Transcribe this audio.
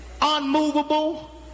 unmovable